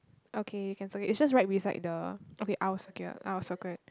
okay can circle it is just right beside the okay I'll circle I'll circle it